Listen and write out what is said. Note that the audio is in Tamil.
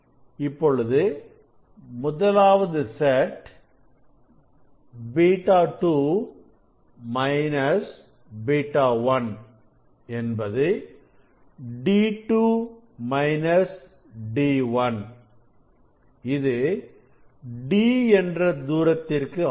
இப்பொழுது முதலாவது செட் β 2 β 1 என்பது D2 D1 இது D என்ற தூரத்திற்கு ஆனது